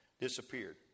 disappeared